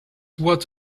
what